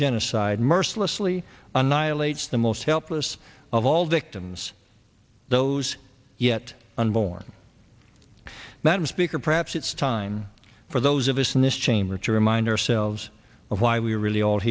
genocide mercilessly annihilates the most helpless of all victims those yet unborn madam speaker perhaps it's time for those of us in this chamber to remind ourselves of why we are really